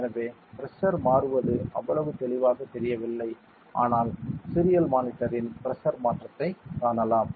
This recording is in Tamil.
எனவே பிரஷர் மாறுவது அவ்வளவு தெளிவாகத் தெரியவில்லை ஆனால் சீரியல் மானிட்டரில் பிரஷர் மாற்றத்தைக் காணலாம்